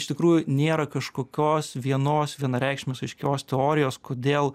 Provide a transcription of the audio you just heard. iš tikrųjų nėra kažkokios vienos vienareikšmės aiškios teorijos kodėl